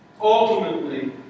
ultimately